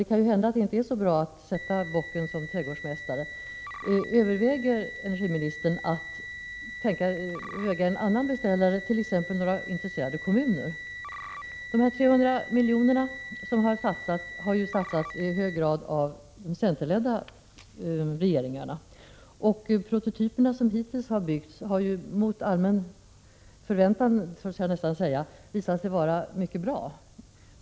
Det kan hända att man inte skall sätta bocken till trädgårdsmästare. Överväger energiministern någon annan beställare, t.ex. några intresserade kommuner? De 300 miljoner som satsats har i hög grad satsats av de centerledda regeringarna. De prototyper som hittills byggts har mot allmän förväntan — det får man nästan säga — visat sig vara mycket bra.